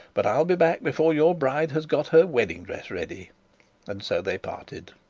but i'll be back before your bride has got her wedding-dress ready and so they parted.